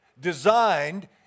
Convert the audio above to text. designed